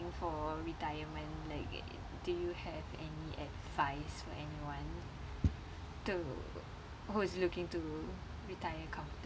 for retirement like do you have any advice for anyone to who is looking to retire